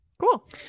Cool